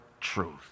truth